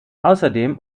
außerdem